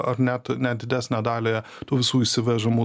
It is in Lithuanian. ar net net didesnę dalį tų visų įsivežamų